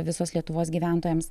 visos lietuvos gyventojams